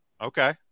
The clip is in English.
Okay